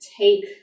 take